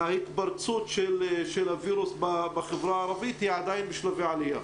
ההתפרצות של הווירוס בחברה הערבית היא עדיין בשלבי עלייה.